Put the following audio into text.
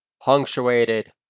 Punctuated